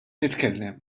nitkellem